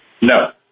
No